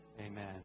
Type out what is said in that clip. Amen